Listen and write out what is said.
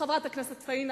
חברת הכנסת פניה,